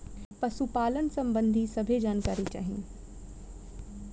पशुपालन सबंधी सभे जानकारी चाही?